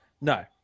No